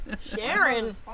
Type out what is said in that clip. Sharon